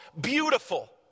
beautiful